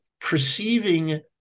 perceiving